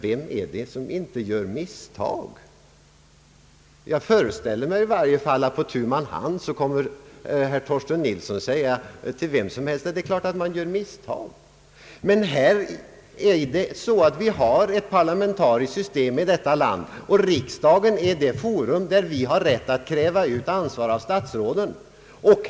Vem är det som inte gör misstag? Jag föreställer mig i varje fall att på tu man hand kommer herr Torsten Nilsson att säga till vem som helst att det är klart att man gör misstag. Emellertid har vi ett parlamentariskt system i detta land, och riksdagen är det forum som har rätt att kräva ut ansvar av statsråden.